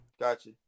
Gotcha